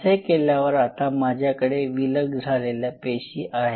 असे केल्यावर आता माझ्याकडे विलग झालेल्या पेशी आहेत